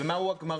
ומה היא הגמרא,